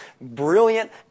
brilliant